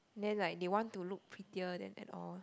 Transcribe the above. then like they want to look prettier then and all